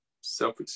self